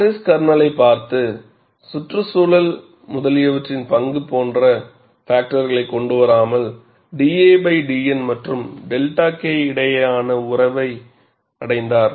Paris கர்னலைப் பார்த்து சுற்றுச்சூழல் முதலியவற்றின் பங்கு போன்ற பாக்டர்களைக் கொண்டுவராமல் da dN மற்றும் 𝛅 K இடையேயான உறவை அடைந்தார்